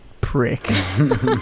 prick